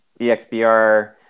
EXBR